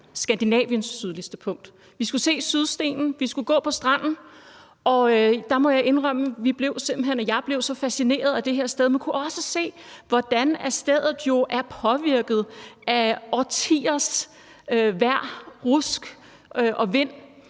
Skandinaviens sydligste punkt, vi skulle se Sydstenen, og vi skulle gå på stranden, og der må jeg indrømme at jeg simpelt hen blev så fascineret af det her sted. Man kunne også se, hvordan stedet jo er påvirket af årtiers vejr – rusk og vind.